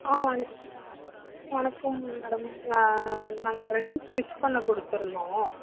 ஆ வணக் வணக்கம் மேடம் நா நாங்கள் டிரெஸ் ஸ்டிச் பண்ண கொடுத்துருந்தோம்